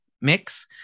mix